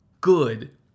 good